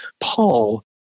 Paul